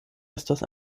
estas